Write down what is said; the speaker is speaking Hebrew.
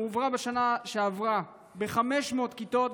הועברה בשנה שעברה ב-500 כיתות,